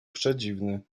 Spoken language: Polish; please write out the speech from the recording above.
przedziwny